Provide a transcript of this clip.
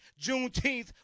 Juneteenth